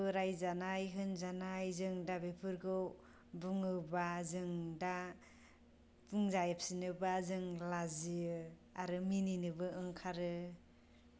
बयजोंबो रायजानाय होनजानाय जों दा बेफोरखौ बुङोबा जों दा बुंजाफिनोबा जों लाजियो आरो मिनिनोबो ओंखारो